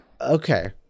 Okay